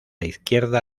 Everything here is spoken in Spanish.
izquierda